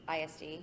ISD